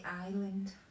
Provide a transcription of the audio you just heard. Island